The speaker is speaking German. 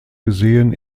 gesehen